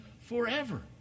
forever